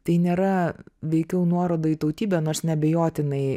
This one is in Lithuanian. tai nėra veikiau nuoroda į tautybę nors neabejotinai